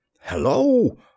Hello